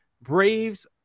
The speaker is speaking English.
braves